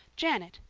janet,